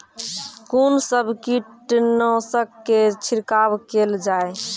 कून सब कीटनासक के छिड़काव केल जाय?